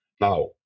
Now